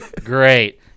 Great